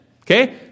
Okay